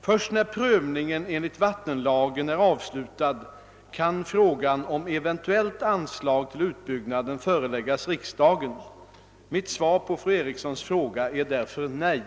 Först när prövningen enligt vattenlagen är avslutad kan frågan om eventuellt anslag till utbyggnaden föreläggas riksdagen. Mitt svar på fru Erikssons fråga är därför nej.